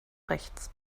rechts